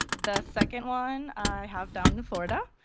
the second one i have down in florida.